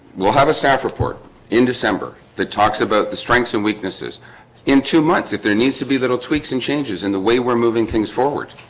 we'll have a staff report in december that talks about the strengths and weaknesses in two months if there needs to be little tweaks and changes in the way. we're moving things forward